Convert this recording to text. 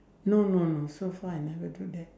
no no no so far I never do that